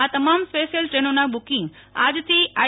આ તમામ સ્પેશિયલ ટ્રેનોના બુ કીંગ આજથી આઈ